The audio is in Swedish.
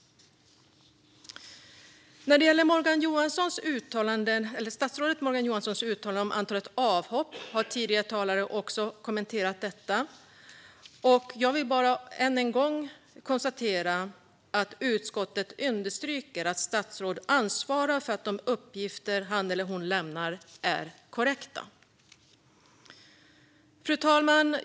När det gäller statsrådet Morgan Johanssons uttalande om antalet avhopp har tidigare talare kommenterat detta. Jag vill bara än en gång konstatera att utskottet understryker att statsråd ansvarar för att de uppgifter han eller hon lämnar är korrekta. Fru talman!